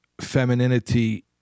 femininity